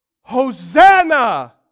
Hosanna